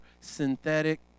synthetic